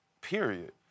period